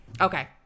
Okay